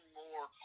more